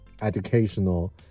educational